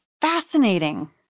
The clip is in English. fascinating